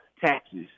taxes